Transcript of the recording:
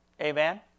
Amen